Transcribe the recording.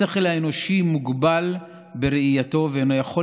השכל האנושי מוגבל בראייתו ואינו יכול